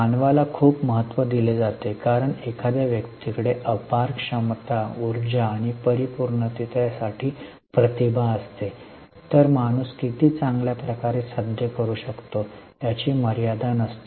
मानवाला खूप महत्त्व दिले जाते कारण एखाद्या व्यक्ती कडे अपार क्षमता उर्जा आणि परिपूर्णतेसाठी प्रतिभा असते तर माणूस किती चांगल्या प्रकारे साध्य करू शकतो याची मर्यादा नसते